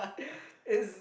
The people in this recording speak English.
is